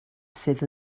sydd